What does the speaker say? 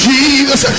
Jesus